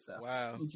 Wow